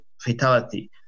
fatality